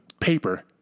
paper